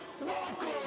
Welcome